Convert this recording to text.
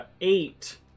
eight